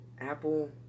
Apple